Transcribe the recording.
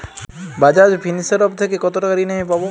বাজাজ ফিন্সেরভ থেকে কতো টাকা ঋণ আমি পাবো?